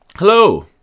Hello